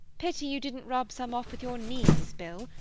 pity you didn't rub some off with your knees, bill!